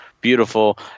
beautiful